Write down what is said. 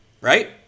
right